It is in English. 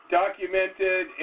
documented